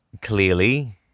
Clearly